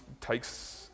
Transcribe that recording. takes